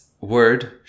word